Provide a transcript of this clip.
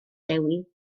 dewi